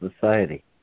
Society